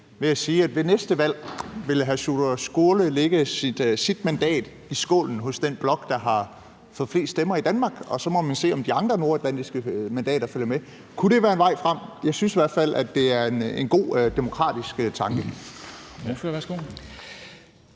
ved næste valg vil hr. Sjúrður Skaale lægge sit mandat i skålen hos den blok, der har fået flest stemmer i Danmark, og så må man se, om de andre nordatlantiske mandater følger med. Kunne det være en vej frem? Jeg synes i hvert fald, at det er en god demokratisk tanke. Kl.